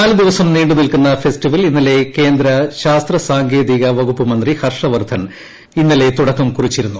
നാല് ദിവസം നീണ്ടു നിൽക്കുന്ന ഫെസ്റ്റിവൽ ഇന്നലെ കേന്ദ്രശാസ്ത്ര സാങ്കേതിക വകുപ്പ്മന്ത്രി ഹർഷവർദ്ധൻ ഇന്നലെ തുടക്കം കുറിച്ചിരുന്നു